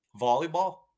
Volleyball